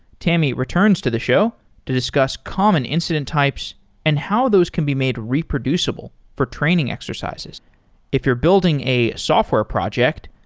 tammy returns to the show to discuss common incident types and how those can be made reproducible for training exercises if you're building a software project,